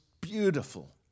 beautiful